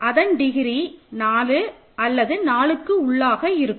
அதன் டிகிரி 4 அல்லது 4க்கு உள்ளாக இருக்கும்